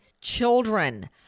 children